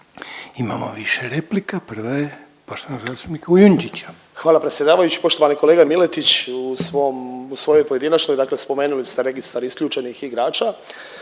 Imamo više replika, prva je poštovanog zastupnika Kujundžića. **Kujundžić, Ante (MOST)** Hvala predsjedavajući. Poštovani kolega Miletić u svom, u svojoj pojedinačnoj dakle spomenuli ste registar isključenih igrača.